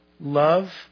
love